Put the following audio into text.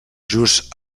just